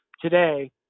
today